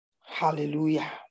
Hallelujah